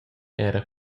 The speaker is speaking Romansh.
era